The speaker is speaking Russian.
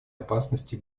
опасности